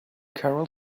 carol